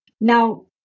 Now